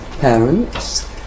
parents